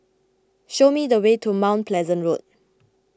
show me the way to Mount Pleasant Road